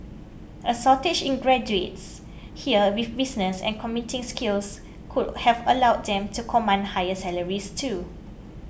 a shortage in graduates here with business and computing skills could have allowed them to command higher salaries too